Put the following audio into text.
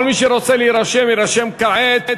כל מי שרוצה להירשם, יירשם כעת,